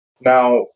now